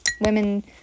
women